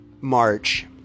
march